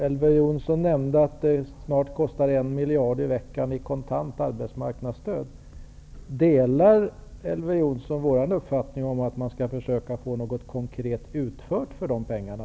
Elver Jonsson nämnde att det snart kostar en miljard i veckan i kontant arbetsmarknadsstöd. Delar Elver Jonsson vår uppfattning att man skall försöka att få något konkret utfört för de pengarna?